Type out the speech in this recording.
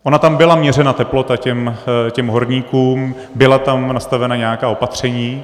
Ona tam byla měřena teplota těm horníkům, byla tam nastavena nějaká opatření.